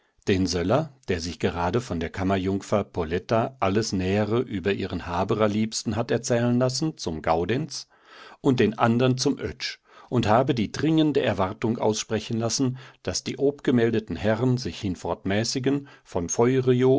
den söller der sich gerade von der kammerjungfer poletta alles nähere über ihren habererliebsten hat erzählen lassen zum gaudenz und den andern zum oetsch und habe die dringende erwartung aussprechen lassen daß die obgemeldeten herren sich hinfort mäßigen von